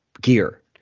gear